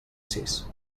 sis